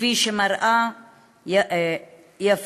כפי שמראה יפה